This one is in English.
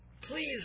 Please